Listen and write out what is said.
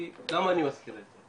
למה אני מזכיר את זה?